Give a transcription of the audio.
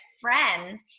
friends